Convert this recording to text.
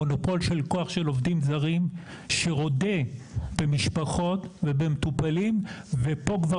מונופול של כוח של עובדים זרים שרודה במשפחות ומטופלים ופה כבר